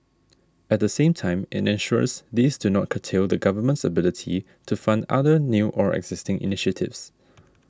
at the same time it ensures these do not curtail the Government's ability to fund other new or existing initiatives